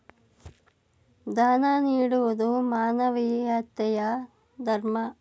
ದಾನ ನೀಡುವುದು ಮಾನವೀಯತೆಯ ಧರ್ಮ